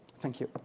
thank you.